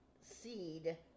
seed